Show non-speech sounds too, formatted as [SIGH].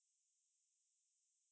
[NOISE]